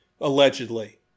allegedly